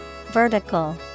Vertical